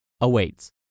awaits